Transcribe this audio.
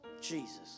Jesus